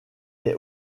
est